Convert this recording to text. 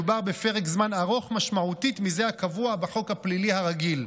מדובר בפרק זמן ארוך משמעותית מזה הקבוע בחוק הפלילי הרגיל,